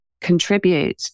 contribute